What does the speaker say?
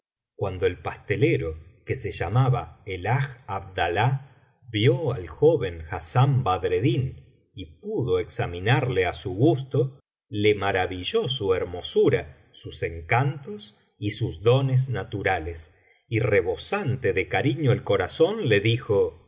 cuando el pastelero que se llamaba el hadj abdalá vio al joven hassán badreddin y pudo examinarle á su gusto le maravilló su hermosura sus encantos y sus dones naturales y rebosante de cariño el corazón le dijo